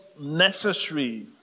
necessary